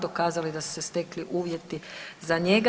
Dokazali da su se stekli uvjeti za njega.